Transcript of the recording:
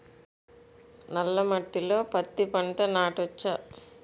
నల్ల మట్టిలో పత్తి పంట నాటచ్చా?